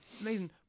Amazing